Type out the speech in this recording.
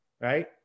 right